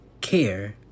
care